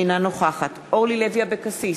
אינה נוכחת אורלי לוי אבקסיס,